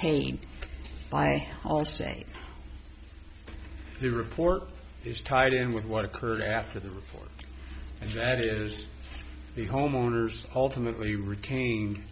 paid by allstate the report is tied in with what occurred after the reform and that is the homeowners ultimately retaining